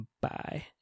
Bye